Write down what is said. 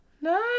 No